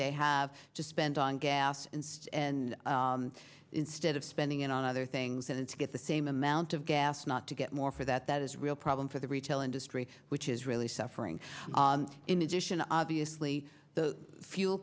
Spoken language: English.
they have to spend on gas instead and instead of spending it on other things and to get the same amount of gas not to get more for that that is real problem for the retail industry which is really suffering in addition obviously the fuel